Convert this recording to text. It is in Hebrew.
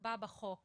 נקבע בחוק ובצו.